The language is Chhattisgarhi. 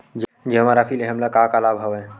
जमा राशि ले हमला का का लाभ हवय?